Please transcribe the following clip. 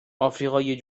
آفریقای